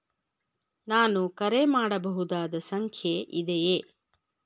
ನಾನು ಕರೆ ಮಾಡಬಹುದಾದ ಸಂಖ್ಯೆ ಇದೆಯೇ?